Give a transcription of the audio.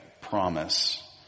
promise